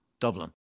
Dublin